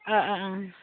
अ अ ओं